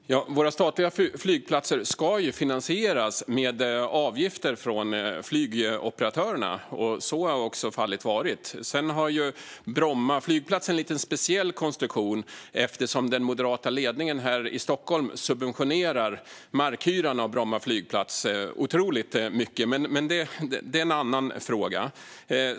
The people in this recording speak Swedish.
Fru talman! Våra statliga flygplatser ska ju finansieras med avgifter från flygoperatörerna. Så har också fallet varit. Sedan har Bromma flygplats en lite speciell konstruktion, eftersom den moderata ledningen här i Stockholm subventionerar markhyran för Bromma flygplats otroligt mycket. Men det är en annan fråga.